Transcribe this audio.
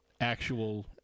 actual